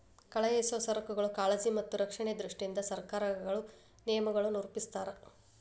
ಕಳುಹಿಸೊ ಸರಕುಗಳ ಕಾಳಜಿ ಮತ್ತ ರಕ್ಷಣೆಯ ದೃಷ್ಟಿಯಿಂದ ಸರಕಾರಗಳು ನಿಯಮಗಳನ್ನ ರೂಪಿಸ್ತಾವ